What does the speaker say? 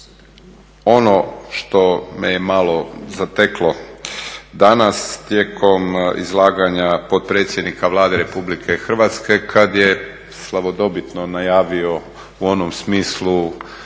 ono što me je malo zateklo danas tijekom izlaganja potpredsjednika Vlade RH kada je … najavio u onom smislu